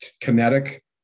kinetic